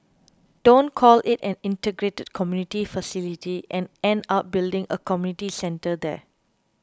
don't call it an integrated community facility and end up building a community centre there